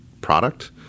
product